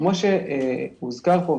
כמו שהוזכר פה,